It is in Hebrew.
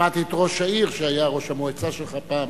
שמעתי את ראש העיר, שהיה ראש המועצה שלך פעם.